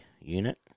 unit